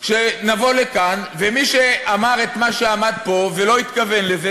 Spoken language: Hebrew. נבוא לכאן ומי שאמר את מה שאמר פה ולא התכוון לזה,